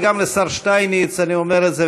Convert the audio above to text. וגם לשר שטייניץ אני אומר את זה,